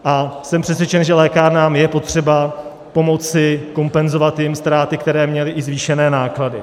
A jsem přesvědčen, že lékárnám je potřeba pomoci, kompenzovat jim ztráty, které měly, i zvýšené náklady.